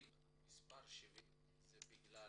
המספר 70 זה בגלל